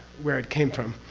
where it came from.